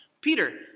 Peter